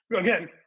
again